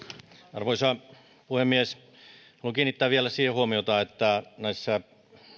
arvoisa puhemies haluan kiinnittää vielä huomiota siihen että näissä